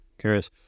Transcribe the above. Curious